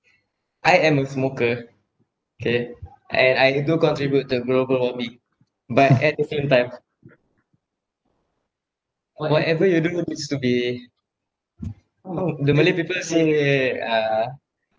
I am a smoker K and I do contribute to global warming but at the same time whatever you do needs to be orh the malay people say uh